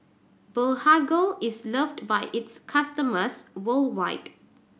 Blephagel is loved by its customers worldwide